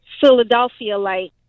Philadelphia-like